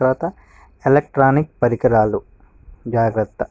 తర్వాత ఎలక్ట్రానిక్ పరికరాలు జాగ్రత్త